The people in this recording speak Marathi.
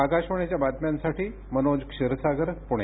आकाशवाणीच्या बातम्यांसाठी मनोज क्षीरसागर पुणे